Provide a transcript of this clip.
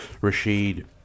Rashid